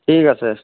ঠিক আছে